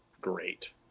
great